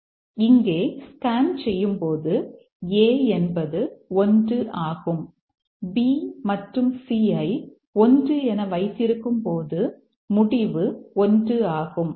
இப்போது இங்கே ஸ்கேன் செய்யும்போது A என்பது 1 ஆகும் B மற்றும் C ஐ 1 என வைத்திருக்கும் போது முடிவு 1 ஆகும்